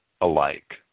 alike